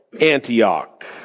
Antioch